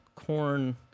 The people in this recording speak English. Corn